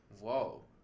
Whoa